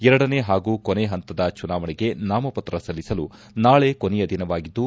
ಎರಡನೇ ಹಾಗೂ ಕೊನೆ ಹಂತದ ಚುನಾವಣೆಗೆ ನಾಮಪತ್ರ ಸಲ್ಲಿಸಲು ನಾಳೆ ಕೊನೆಯ ದಿನವಾಗಿದ್ದು